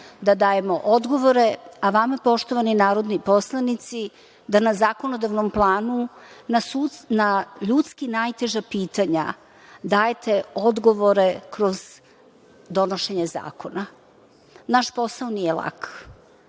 da dajemo odgovore, a vama poštovani narodni poslanici da na zakonodavnom planu na ljudski najteža pitanja dajete odgovore kroz donošenje zakona. Naš posao nije lak.